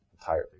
entirely